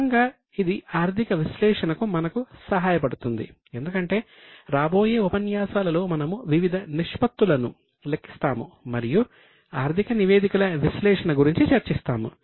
క్రమంగా ఇది ఆర్థిక విశ్లేషణకు మనకు సహాయపడుతుంది ఎందుకంటే రాబోయే ఉపన్యాసాలలో మనము వివిధ నిష్పత్తులను లెక్కిస్తాము మరియు ఆర్థిక నివేదికల విశ్లేషణ గురించి చర్చిస్తాము